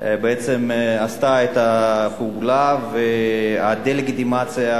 בעצם עשתה את הפעולה והדה-לגיטימציה.